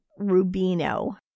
Rubino